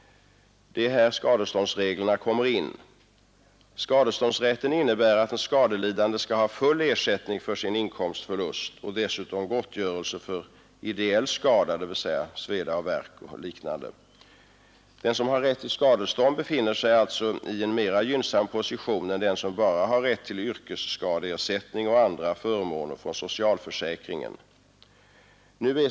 Det är här skadeståndsreglerna kommer in. Skadeståndsrätten innebär att den skadelidande skall ha full ersättning för sin inkomstförlust och dessutom gottgörelse för ideell skada, dvs. sveda och värk och liknande. Den som har rätt till skadestånd befinner sig alltså i en mera gynnsam position än den som bara har rätt till yrkesskadeersättning och andra förmåner från socialförsäkringen.